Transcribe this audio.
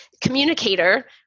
communicator